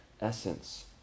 essence